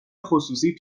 خصوصی